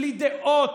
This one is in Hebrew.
בלי דעות,